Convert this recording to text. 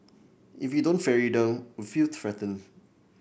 if we don't ferry them we feel threatened